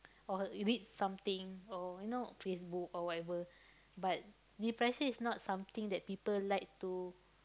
or read something or you know Facebook or whatever but depression is not something that people like to